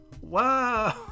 Wow